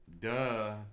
duh